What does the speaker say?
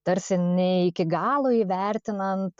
tarsi ne iki galo įvertinant